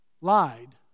lied